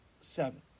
seven